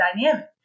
dynamic